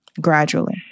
gradually